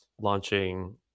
launching